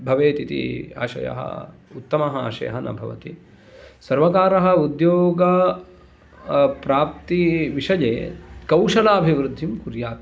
भवेत् इति आशयः उत्तमः आशयः न भवति सर्वकारः उद्योग प्राप्तिविषये कौशलाभिवृद्धिं कुर्यात्